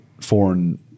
foreign